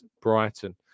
Brighton